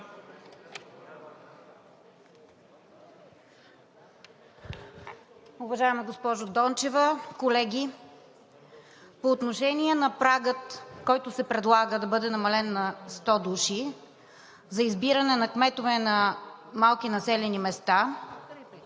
Уважаема госпожо Дончева, колеги! По отношение на прага, който се предлага да бъде намален на 100 души, за избиране на кметове на малки населени места